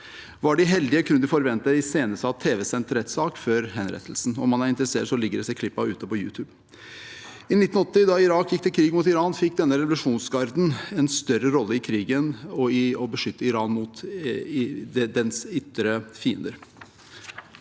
Var de heldige, kunne de forvente en iscenesatt tv-sendt rettssak før henrettelsen. Om man er interessert, ligger disse klippene ute på YouTube. I 1980, da Irak gikk til krig mot Iran, fikk revolusjonsgarden en større rolle i krigen for å beskytte Iran mot dens ytre fiender.